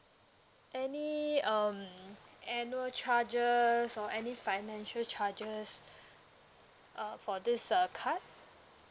any um annual charges or any financial charges uh for this uh card